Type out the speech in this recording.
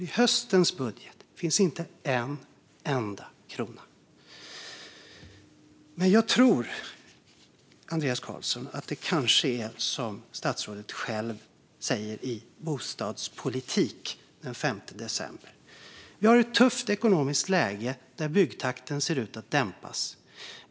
I höstens budget finns nämligen inte en enda krona avsatt för detta. Men jag tror att det kanske är som statsrådet Andreas Carlson själv säger på Bostadspolitik.se den 5 december: "Vi har ett tufft ekonomiskt läge där byggtakten ser ut att dämpas.